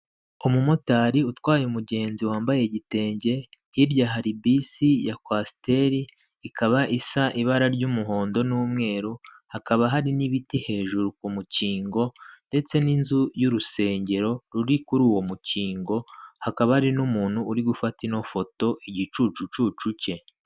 Umumotari utwaye umugenzi wambaye igitenge, hirya hari bisi ya kwasiteri ikaba isa ibara ry'umuhondo n'umweru, hakaba hari n'ibiti hejuru ku mukingo ndetse n'inzu y'urusengero ruri kuri uwo mukingo, hakaba ari n'umuntu uri gufata ino foto igicucu cye.